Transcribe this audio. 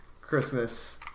Christmas